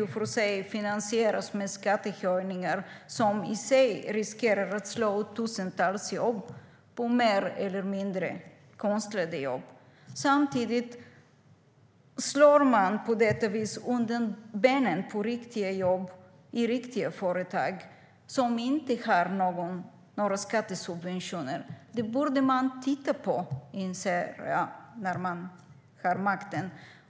och för sig finansieras med skattehöjningar vilka i sig riskerar att slå ut tusentals jobb - på mer eller mindre konstlade jobb. Samtidigt slår man på detta vis undan benen på riktiga jobb i riktiga företag som inte har några skattesubventioner. Detta borde man titta på när man har makten.